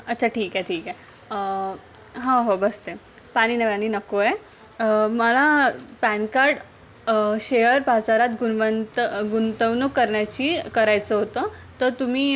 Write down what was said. अच्छा ठीक आहे ठीक आहे ह हो बसते पाणी नव्यानी नको आहे मला पॅन कार्ड शेअर बाजारात गुणवंत गुंतवणूक करण्याची करायचं होतं तर तुम्ही